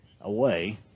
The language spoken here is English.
away